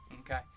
Okay